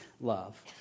love